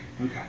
Okay